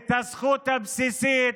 את הזכות הבסיסית,